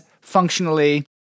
functionally